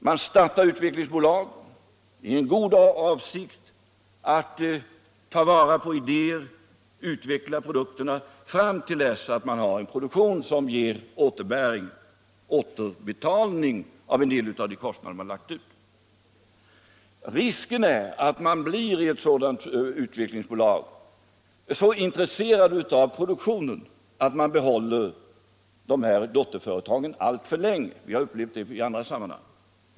Man startar utvecklingsbolag i den goda avsikten att ta vara på idéer, utveckla produkterna fram till dess man har en produktion som ger återbetalning av en del av de kostnader man haft. Risken är att man i ett sådant utvecklingsbolag blir så intresserad av produktionen att man behåller dotterföretagen alltför länge. Vi har upplevt det i andra sammanhang.